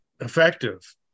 effective